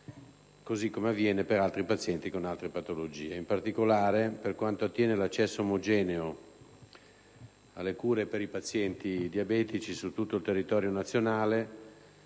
così come avviene per altri pazienti con altre patologie. In particolare, per quanto riguarda l'accesso omogeneo alle cure per i pazienti diabetici su tutto il territorio nazionale,